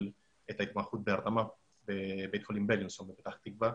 את ההתמחות כרופא מרדים בבית חולים בילינסון בפתח תקווה.